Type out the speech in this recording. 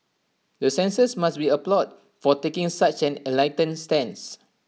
the censors must be applauded for taking such an enlightened stance